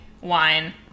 wine